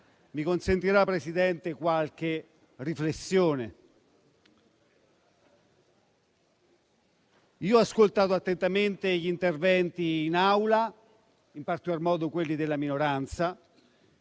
Mi consentirà però, Presidente, qualche riflessione. Ho ascoltato attentamente gli interventi in Aula, in particolar modo quelli della minoranza,